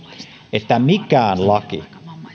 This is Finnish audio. että mikään laki